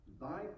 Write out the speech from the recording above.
thy